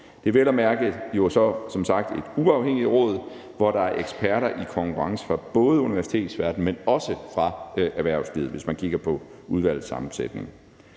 Det er vel at mærke så som sagt et uafhængigt råd, hvor der er eksperter i konkurrence fra både universitetsverdenen, men også fra erhvervslivet, når man kigger på udvalgets sammensætning.